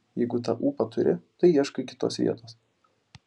jeigu tą ūpą turi tai ieškai kitos vietos